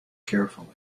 carefully